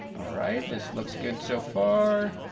alright this looks good so far